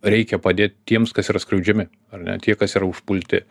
reikia padėt tiems kas yra skriaudžiami ar ne tie kas yra užpulti